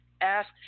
Ask